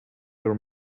your